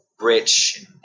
rich